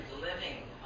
living